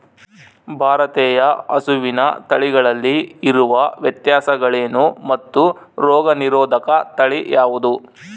ಭಾರತೇಯ ಹಸುವಿನ ತಳಿಗಳಲ್ಲಿ ಇರುವ ವ್ಯತ್ಯಾಸಗಳೇನು ಮತ್ತು ರೋಗನಿರೋಧಕ ತಳಿ ಯಾವುದು?